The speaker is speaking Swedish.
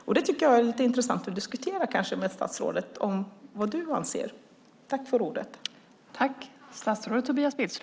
Det är kanske lite intressant att diskutera med statsrådet för att få veta vad du anser.